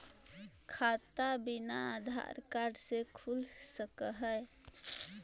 खाता बिना आधार कार्ड के खुल सक है?